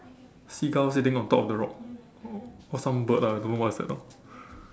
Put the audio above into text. seagull sitting on top of the rock or or some bird lah I don't know what is that ah